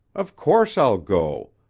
of course i'll go.